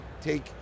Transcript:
take